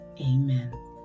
Amen